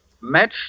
match